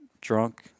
drunk